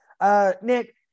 Nick